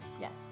Yes